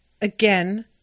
again